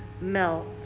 melt